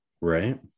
right